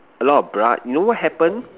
a lot of blood you know what happen